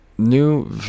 New